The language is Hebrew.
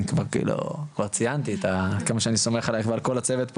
אני כבר ציינתי את כמה שאני סומך עלייך ועל כל הצוות פה,